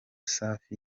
safi